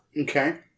Okay